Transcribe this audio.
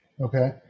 Okay